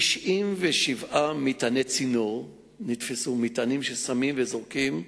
97 מטעני צינור נתפסו, מטענים ששמים וזורקים,